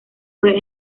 fue